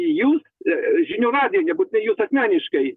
jums žinių radijuj nebūtinai jūs asmeniškai